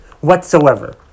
whatsoever